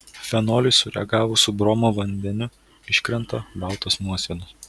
fenoliui sureagavus su bromo vandeniu iškrenta baltos nuosėdos